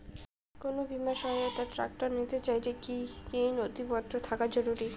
কোন বিমার সহায়তায় ট্রাক্টর নিতে চাইলে কী কী নথিপত্র থাকা জরুরি?